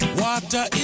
water